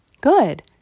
Good